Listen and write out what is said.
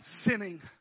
sinning